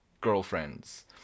girlfriends